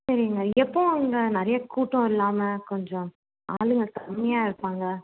சரிங்க எப்போ அங்கே நிறையா கூட்டம் இல்லாம கொஞ்சம் ஆளுங்க கம்மியாக இருப்பாங்க